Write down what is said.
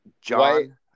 John